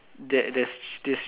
that there's this